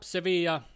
Sevilla